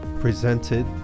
presented